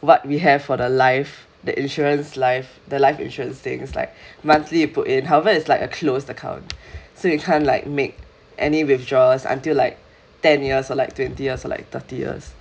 what we have for the life the insurance life the life insurance thing it's like monthly you put in however it's like closed account so you can't like make any withdrawals until like ten years or like twenty years or like thirty years